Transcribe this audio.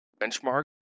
benchmark